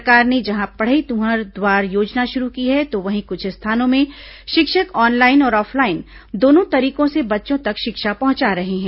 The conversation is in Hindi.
सरकार ने जहां पढ़ई तुंहर दुआर योजना शुरू की है तो वहीं कुछ स्थानों में शिक्षक ऑनलाइन और ऑफलाइन दोनों तरीकों से बच्चों तक शिक्षा पहुंचा रहे हैं